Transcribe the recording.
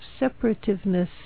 separativeness